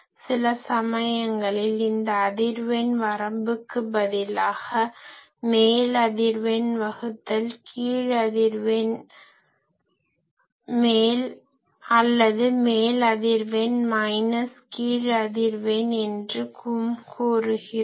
சில சமயங்களில் இந்த அதிர்வெண் வரம்புக்கு பதிலாக மேல் அதிர்வெண் வகுத்தல் கீழ் அதிர்வெண் அல்லது மேல் அதிர்வெண் மைனஸ் கீழ் அதிர்வெண் என்றும் கூறுகிறோம்